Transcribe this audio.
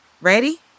Ready